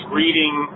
reading